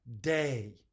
day